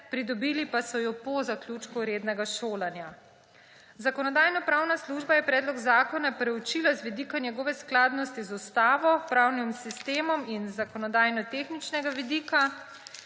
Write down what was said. pridobili pa so jo po zaključku rednega šolanja. Zakonodajno-pravna služba je predlog zakona preučila z vidika njegove skladnosti z ustavo, pravnim sistemom in z zakonodajnotehničnega vidika.